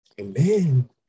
Amen